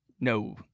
no